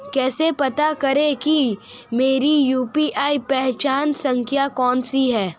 कैसे पता करें कि मेरी यू.पी.आई पहचान संख्या कौनसी है?